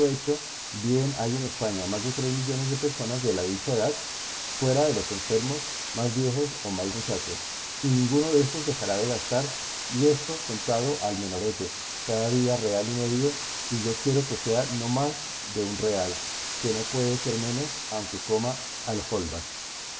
bien hay en españa más de tres millones de personas de la dicha edad fuera de los enfermos más viejos o más muchachos y ninguno déstos dejará de gastar y esto contado al menorete cada día real y medio y yo quiero que sea no más de un real que no puede ser menos aunque coma alholvas